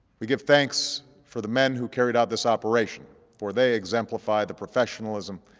we give thanks for the men who carried out this operation, for they exemplify the professionalism,